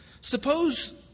Suppose